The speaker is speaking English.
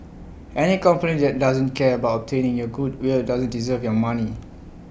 any company that doesn't care about obtaining your goodwill doesn't deserve your money